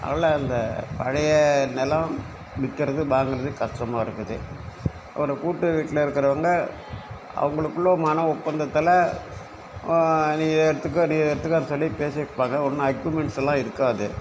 அதனால் அந்த பழைய நிலம் விற்கிறது வாங்குறது கஷ்டமாக இருக்குது ஒரு கூட்டு வீட்டில் இருக்கிறவங்க அவர்களுக்குள்ள மன ஒப்பந்தத்தால் நீங்கள் எடுத்துக்கோ நீ எடுத்துக்கோன்னு சொல்லி பேசியிருப்பாங்க ஒன்றும் அக்யுமென்ட்ஸெல்லாம் இருக்காது